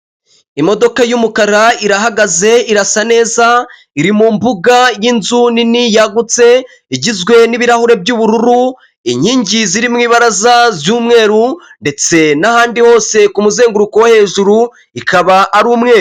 Imodoka y'umukara irahagaze, irasa neza, iri mu mbuga y'inzu nini yagutse igizwe n'ibirahuri by'ubururu, inkingi ziri mu ibaraza ry'umweru ndetse n'ahandi hose ku muzenguruko wo hejuru ikaba ari umweru.